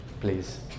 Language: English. Please